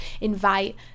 invite